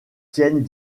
tiennent